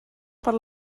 per